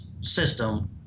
system